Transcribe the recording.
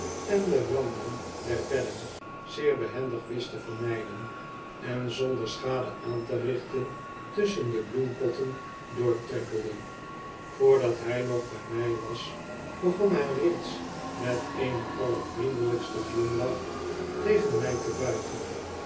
en de randen der bedden zeer behendig wist te vermijden en zonder schade aan te richten tusschen de bloempotten doortrippelde voordat hij nog bij mij was begon hij reeds met eenen allervriendelijksten glimlach tegen mij tebuigen